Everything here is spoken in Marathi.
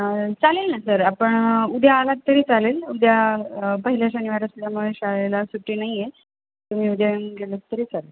चालेल ना सर आपण उद्या आलात तरी चालेल उद्या पहिल्या शनिवार असल्यामुळे शाळेला सुट्टी नाहीये तुम्ही उद्या येऊन गेलात तरी चालेल